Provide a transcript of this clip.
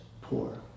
poor